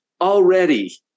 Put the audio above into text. already